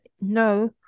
no